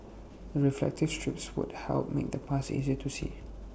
the reflective strips would help make the paths easier to see